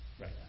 right